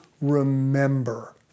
remember